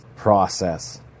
process